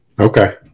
Okay